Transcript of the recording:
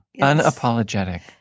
Unapologetic